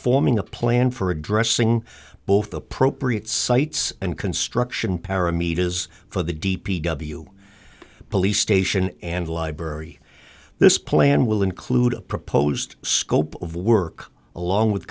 forming a plan for addressing both appropriate sites and construction paramita is for the d p w police station and library this plan will include a proposed scope of work along with